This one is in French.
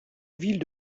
ville